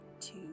two